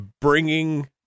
bringing